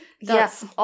Yes